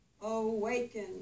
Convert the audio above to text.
Awaken